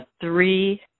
three